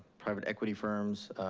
private equity firms.